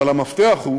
אבל המפתח הוא